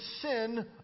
sin